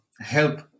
help